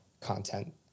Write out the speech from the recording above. content